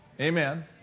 Amen